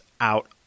out